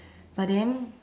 but then